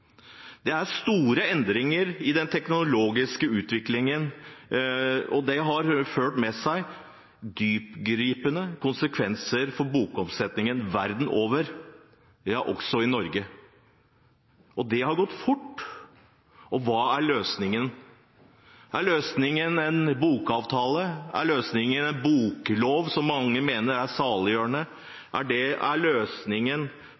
Det er store endringer i den teknologiske utviklingen. Det har fått dyptgripende konsekvenser for bokomsetningen verden over – også i Norge. Det har gått fort. Hva er løsningen? Er løsningen en bokavtale? Er løsningen en boklov, som mange mener er saliggjørende? Er løsningen